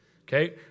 Okay